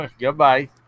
Goodbye